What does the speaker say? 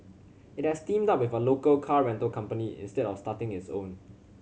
it has teamed up with a local car rental company instead of starting its own